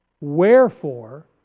Wherefore